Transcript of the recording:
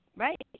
Right